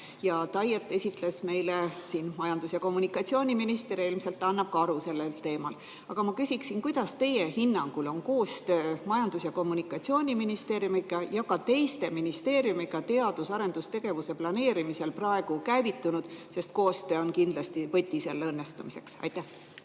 TAIE‑t esitles meile siin majandus‑ ja kommunikatsiooniminister ja ilmselt annab ka aru sellel teemal. Aga ma küsin, kuidas teie hinnangul on koostöö Majandus‑ ja Kommunikatsiooniministeeriumiga ja ka teiste ministeeriumidega teadus‑ ja arendustegevuse planeerimisel praegu käivitunud, sest koostöö on kindlasti võti selle õnnestumiseks. Austatud